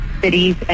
cities